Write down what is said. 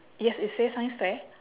yes it say science fair